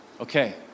Okay